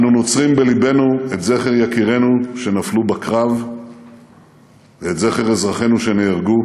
אנו נוצרים בלבנו את זכר יקירינו שנפלו בקרב ואת זכר אזרחינו שנהרגו.